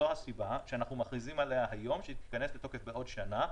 זו הסיבה שאנחנו מכריזים עליה היום שהיא תיכנס לתוקף בעוד שנה,